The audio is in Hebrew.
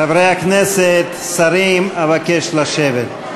חברי הכנסת, שרים, אבקש לשבת.